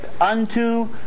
unto